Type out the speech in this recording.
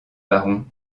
baron